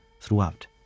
throughout